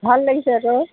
ভাল লাগিছে আকৌ